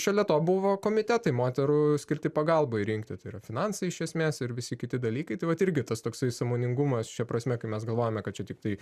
šalia to buvo komitetai moterų skirti pagalbai rinkti tai yra finansai iš esmės ir visi kiti dalykai tai vat irgi tas toksai sąmoningumas šia prasme kai mes galvojame kad čia tiktai